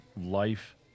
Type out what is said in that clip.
life